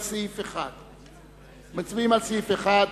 רבותי חברי הכנסת, אנחנו מצביעים על סעיף 1,